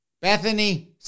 Bethany